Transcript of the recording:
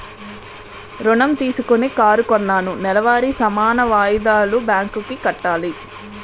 ఋణం తీసుకొని కారు కొన్నాను నెలవారీ సమాన వాయిదాలు బ్యాంకు కి కట్టాలి